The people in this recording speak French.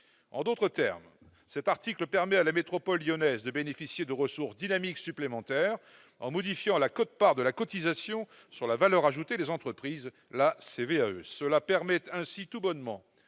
en d'autres termes, cet article permet à la métropole lyonnaise de bénéficier de ressources dynamiques supplémentaires en modifiant la quote-part de la cotisation sur la valeur ajoutée des entreprises la c'est VAE cela permet ainsi tout bonnement